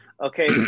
Okay